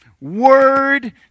word